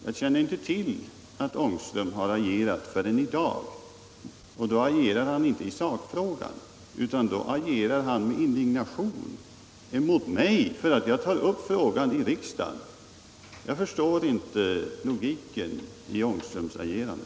Jag känner inte till att herr Ångström reagerat tidigare, och då han nu gör det är det inte i sakfrågan, utan han vänder sig med indignation mot mig, därför att jag tar upp problemet i riksdagen. Jag förstår inte logiken i herr Ångströms handlande.